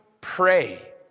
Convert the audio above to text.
pray